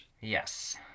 Yes